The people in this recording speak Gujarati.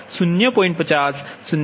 50 0